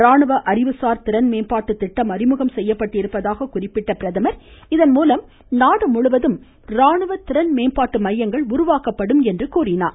ராணுவ அறிவுசார் திறன்மேம்பாட்டு திட்டம் அறிமுகம் செய்யப்பட்டிருப்பதாக குறிப்பிட்ட பிரதமர் இதன்மூலம் நாடுமுழுவதும் ராணுவ திறன் மேம்பாட்டு மையங்கள் உருவாக்கப்படும் என்றார்